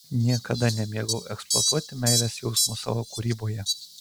niekada nemėgau eksploatuoti meilės jausmo savo kūryboje